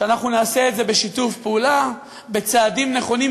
שאנחנו נעשה את זה בשיתוף פעולה ובצעדים נכונים,